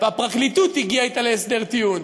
והפרקליטות הגיעה אתה להסדר טיעון.